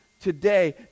today